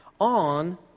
on